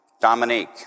Dominique